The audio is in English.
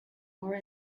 more